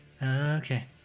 Okay